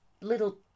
little